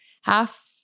Half